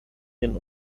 den